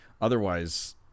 otherwise –